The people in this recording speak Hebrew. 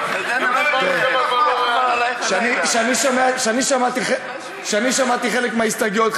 כשאני שמעתי חלק מההסתייגויות,